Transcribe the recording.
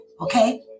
okay